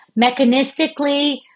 mechanistically